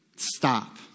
Stop